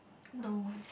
no